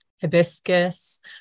hibiscus